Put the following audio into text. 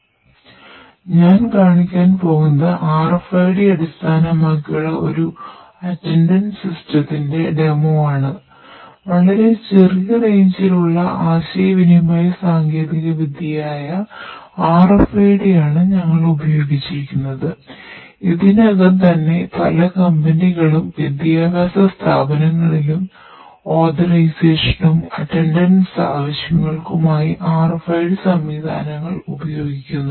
അതിനാൽ ഞാൻ കാണിക്കാൻ പോകുന്നത് RFID അടിസ്ഥാനമാക്കിയുള്ള ഒരു അറ്റന്റൻസ് ആവശ്യങ്ങൾക്കുമായി RFID സംവിധാനങ്ങൾ ഉപയോഗിക്കുന്നുണ്ട്